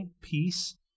peace